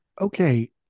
Okay